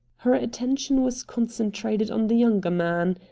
her attention was concentrated on the younger man.